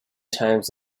times